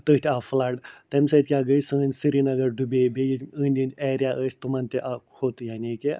تٔتھۍ آو فُلَڈ تٔمۍ سۭتۍ کیٛاہ گٕے سٲنۍ سِریٖنگر ڈُبے بیٚیہِ ییٚتہِ أندۍ أندۍ اٮ۪رِیا ٲسۍ تِمَن تہِ آ کھۄت